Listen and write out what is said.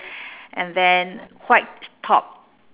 and then white top